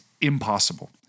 impossible